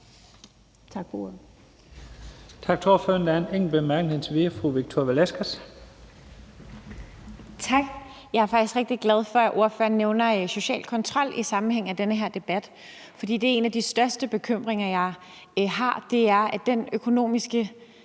Tak. Jeg er faktisk rigtig glad for, at ordføreren nævner social kontrol i den her sammenhæng. For det er en af de største bekymringer, jeg har, altså at den økonomiske